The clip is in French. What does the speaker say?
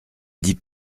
dit